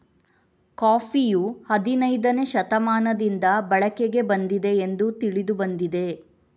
ಕಾಫಿಯು ಹದಿನೈದನೇ ಶತಮಾನದಿಂದ ಬಳಕೆಗೆ ಬಂದಿದೆ ಎಂದು ತಿಳಿದು ಬಂದಿದೆ